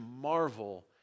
marvel